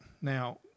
Now